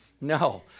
No